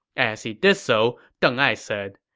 as he did so, deng ai said,